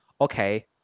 okay